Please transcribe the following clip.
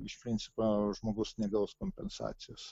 iš principo žmogus negaus kompensacijos